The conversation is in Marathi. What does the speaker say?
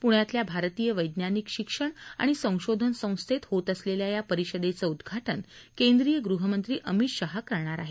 पुण्यातल्या भारतीय वैज्ञानिक शिक्षण आणि संशोधन संस्थेत होत असलेल्या या परिषदेचं उद्घाटन केंद्रिय गृहमंत्री अमित शाह करणार आहेत